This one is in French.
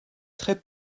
très